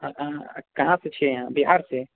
कहाँसँ छिए अहाँ बिहारसँ